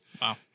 Wow